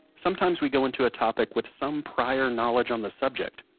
sometimes we go into a topic with some prior knowledge on the subject.